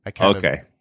Okay